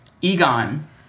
Egon